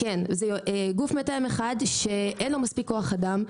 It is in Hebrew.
אין לו מספיק כוח אדם,